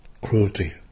cruelty